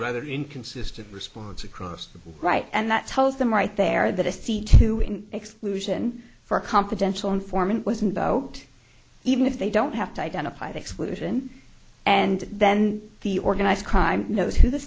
rather inconsistent response across right and that tells them right there that a seat two in exclusion for confidential informant was invoked even if they don't have to identify the exclusion and then the organized crime knows who the